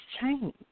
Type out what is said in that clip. change